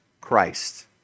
Christ